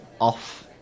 off